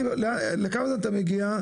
לכמה זמן אתה מגיע?